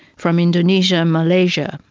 from indonesia, malaysia.